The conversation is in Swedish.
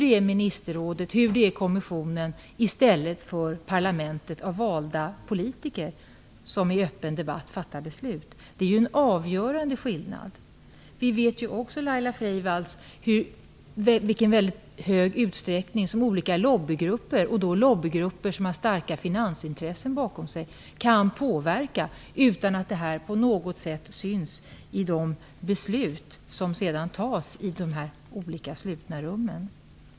Det är ministerrådet eller kommissionen som fattar besluten i stället för parlamentet av valda politiker genom en öppen debatt. Det är en avgörande skillnad. Vi vet ju också, Laila Freivalds, i vilken hög utsträckning som olika lobbygrupper med starka finansintressen bakom sig kan påverka utan att det på något sätt syns i de beslut som sedan fattas i de olika slutna rummen.